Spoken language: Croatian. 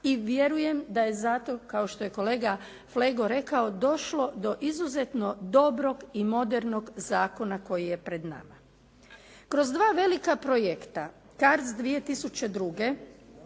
i vjerujem da je zato kao što je kolega Flego rekao, došlo do izuzetno dobrog i modernog zakona koji je pred nama. Kroz dva velika projekta CARDS 2002.